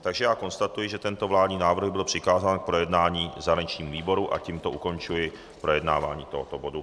Takže konstatuji, že tento vládní návrh byl přikázán k projednání zahraničnímu výboru, a tímto ukončuji projednávání tohoto bodu.